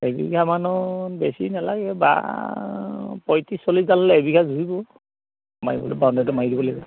এবিঘা মানত বেছি নালাগে বাঁহ পঁয়ত্ৰিছ চল্লিছ ডালে এবিঘা জুৰিব মাৰিবলে বাউণ্ডেৰীটো মাৰি দিব লাগিব